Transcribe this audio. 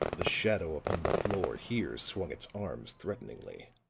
the shadow upon the floor here swung its arms threateningly.